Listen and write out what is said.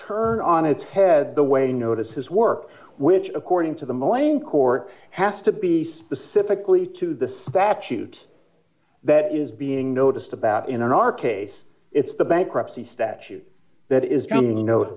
turn on its head the way notices work which according to the morning court has to be specifically to the statute that is being noticed about in our case it's the bankruptcy statute that is going